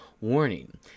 warning